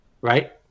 right